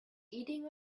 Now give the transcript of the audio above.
eating